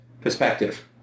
perspective